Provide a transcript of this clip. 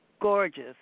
gorgeous